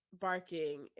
barking